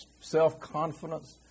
self-confidence